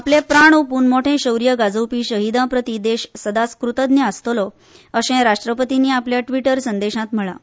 आपले प्राण ओंपून मोटे शौर्य गाजोवपी शहिदां प्रती देश सदांच कृतज्ञ आसतलो अशें राष्ट्रपतींनी आपल्या ट्विटर संदेशांत म्हळां